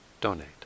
donate